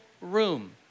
room